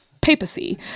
papacy